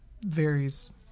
varies